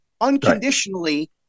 unconditionally